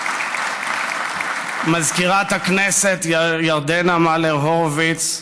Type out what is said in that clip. (מחיאות כפיים) מזכירת הכנסת ירדנה מלר-הורוביץ,